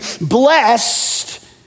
blessed